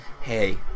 hey